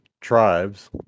tribes